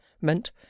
meant